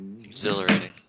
Exhilarating